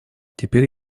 теперь